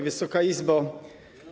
Wysoka Izbo!